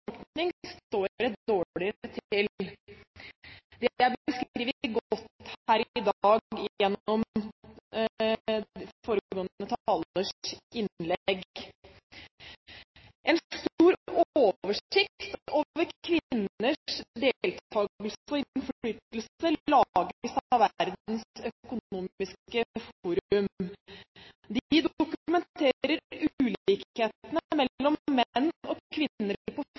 står det dårligere til. Det er beskrevet godt her i dag, gjennom foregående talers innlegg. En stor oversikt over kvinners deltakelse og innflytelse lages av Verdens økonomiske forum. De dokumenterer ulikhetene mellom menn og